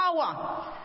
power